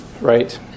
Right